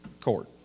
court